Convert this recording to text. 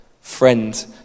friend